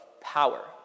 power